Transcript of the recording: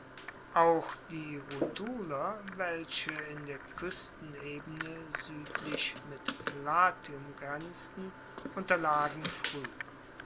auch die rutuler welche in der kuestenebene suedlich mit latium grenzten unterlagen frueh